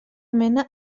mena